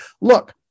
look